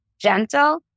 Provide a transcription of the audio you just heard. gentle